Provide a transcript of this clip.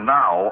now